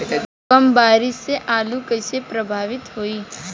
कम बारिस से आलू कइसे प्रभावित होयी?